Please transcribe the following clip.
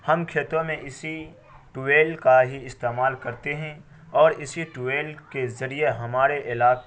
ہم کھیتوں میں اسی ٹویل کا ہی استعمال کرتے ہیں اور اسی ٹویل کے ذریعے ہمارے علاقہ